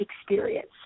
experience